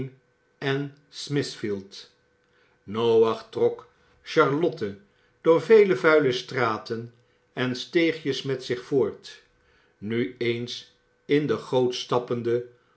en smithfield noach trok charlotte door vele vuile straten en steegjes met zich voort nu eens in de goot stappende